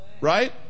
right